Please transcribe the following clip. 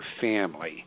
family